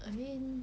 I mean